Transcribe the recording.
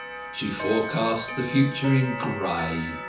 she forecasts the future in grey.